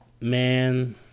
Man